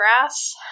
grass